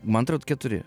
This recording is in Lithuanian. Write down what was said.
man atrodo keturi